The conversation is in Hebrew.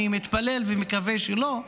אני מתפלל ומקווה שלא,